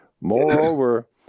Moreover